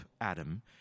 Adam